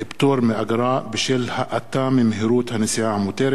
פטור מאגרה בשל האטה ממהירות הנסיעה המותרת),